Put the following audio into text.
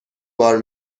بار